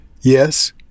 Yes